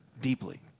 deeply